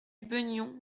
beugnon